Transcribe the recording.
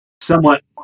Somewhat